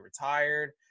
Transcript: retired